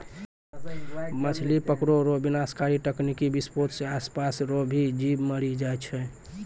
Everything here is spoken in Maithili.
मछली पकड़ै रो विनाशकारी तकनीकी विसफोट से आसपास रो भी जीब मरी जाय छै